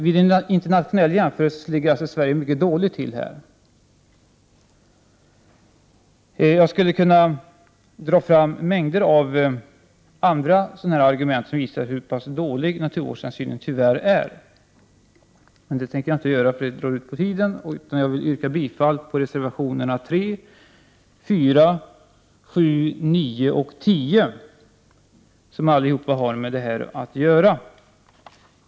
Vid en internationell jämförelse ligger alltså Sverige mycket dåligt till i detta avseende. Jag skulle kunna komma med en mängd andra argument som visar hur pass dålig den svenska naturvårdshänsynen tyvärr är. Av tidsskäl skall jag dock avstå från det. I stället yrkar jag bifall till reservationerna 3, 4, 7, 9 och 10, som alla har med nämnda saker att göra.